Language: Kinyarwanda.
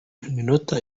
iminota